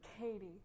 Katie